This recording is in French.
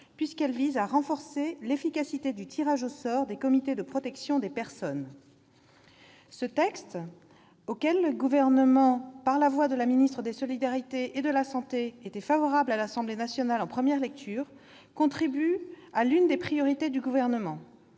puisqu'elle vise à renforcer l'efficacité du tirage au sort des comités de protection des personnes, les CPP. Ce texte, auquel le Gouvernement, par la voix de Mme la ministre des solidarités et de la santé, était favorable à l'Assemblée nationale en première lecture, contribue à l'une des priorités du Gouvernement